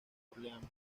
orleans